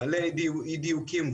מלא אי-דיוקים.